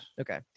Okay